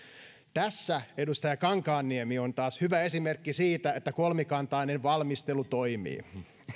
tässä edustaja kankaanniemi on taas hyvä esimerkki siitä että kolmikantainen valmistelu toimii